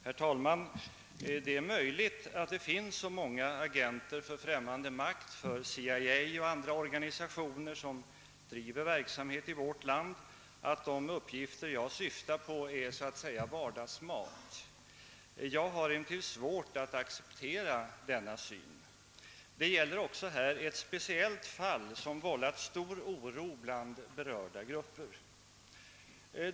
Herr talman! Det är möjligt att det finns så många agenter för främmande makt, för CIA och andra organisationer, som bedriver verksamhet i vårt land, att de uppgifter jag syftar på så att säga är vardagsmat. Jag har emellertid svårt att acceptera denna syn på saken. Här gäller det också ett speciellt fall som vållat stor oro bland berörda grupper.